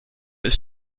ist